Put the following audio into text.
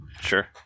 sure